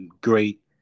great